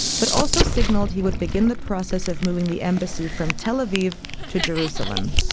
but also signaled he would begin the process of moving the embassy from tel aviv to jerusalem.